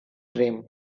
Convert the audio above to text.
dream